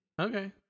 Okay